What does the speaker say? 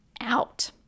out